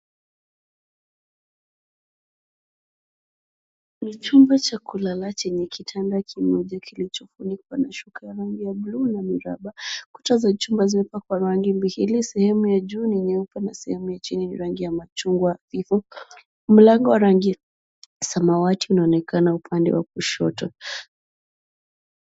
Ni chumba cha kulala chenye kitanda kimoja kilichofunikwa na shuka ya rangi ya buluu na miraba. Kuta za chumba zimepakwa rangi mbili, sehemu ya juu ni nyeupe na sehemu ya chini ni rangi ya machungwa hafifu. Mlango wa rangi ya samawati unaonekana upande wa kushoto.